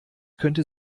könnte